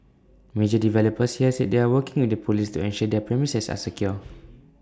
major developers here said they are working with the Police to ensure their premises are secure